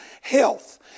health